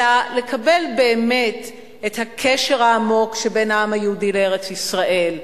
אלא לקבל באמת את הקשר העמוק שבין העם היהודי לארץ-ישראל,